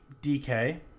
DK